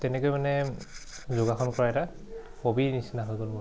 তেনেকৈ মানে যোগাসন কৰা এটা হবিৰ নিচিনা হৈ গ'ল মোৰ